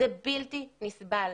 זה בלתי נסבל.